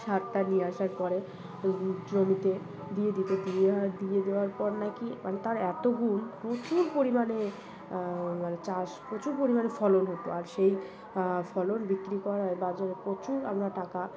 সারটা নিয়ে আসার পরে জমিতে দিয়ে দিতো দিয়ে দিয়ে দেওয়ার পর নাকি মানে তার এত গুণ প্রচুর পরিমাণে মানে চাষ প্রচুর পরিমাণে ফলন হতো আর সেই ফলন বিক্রি করায় বাজারে প্রচুর আমরা টাকা